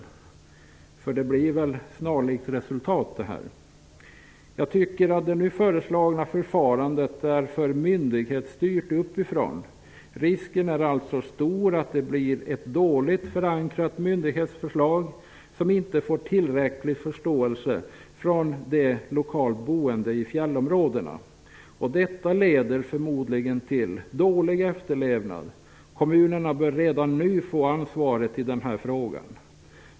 Det här leder till ett snarlikt resultat. Jag tycker att det nu föreslagna förfarandet är alltför myndighetsstyrt. Risken är stor att det blir ett dåligt förankrat myndighetsförslag som inte får tillräcklig förståelse från de lokalt boende i fjällområdena. Detta leder förmodligen till dålig efterlevnad. Kommunerna bör redan nu få ansvaret i denna fråga.